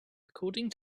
according